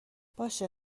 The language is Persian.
باشه